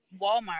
Walmart